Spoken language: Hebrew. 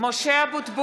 (קוראת בשמות חברי הכנסת) משה אבוטבול,